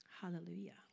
Hallelujah